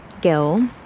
Gil